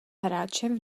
hráčem